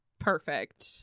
perfect